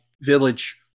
Village